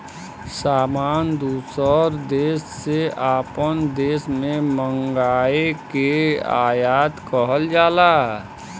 सामान दूसर देस से आपन देश मे मंगाए के आयात कहल जाला